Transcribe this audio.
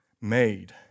made